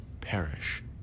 perish